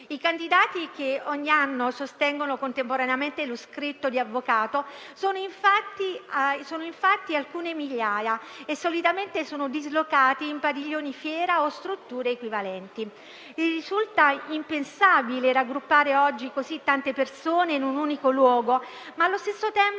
I candidati che ogni anno sostengono contemporaneamente la prova scritta per diventare avvocato sono infatti alcune migliaia e solitamente sono dislocati in padiglioni fiera o strutture equivalenti. Risulta impensabile raggruppare oggi così tante persone in un unico luogo. Allo stesso modo,